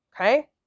Okay